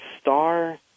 star